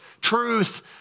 truth